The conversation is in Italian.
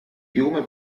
piume